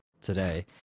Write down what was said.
today